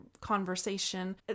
conversation